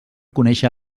conèixer